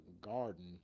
garden